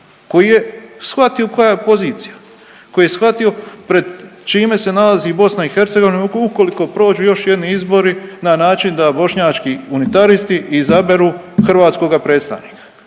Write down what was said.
koji je shvatio koja je pozicija, koji je shvatio pred čime se nalazi BiH ukoliko prođu još jedni izbori na način da bošnjački unitaristi izaberu hrvatskoga predstavnika